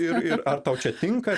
ir ir ar tau čia tinka